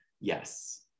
yes